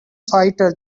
fighter